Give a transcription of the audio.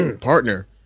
partner